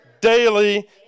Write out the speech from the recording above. Daily